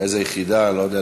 מאיזה יחידה, אני לא יודע.